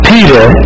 Peter